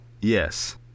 Yes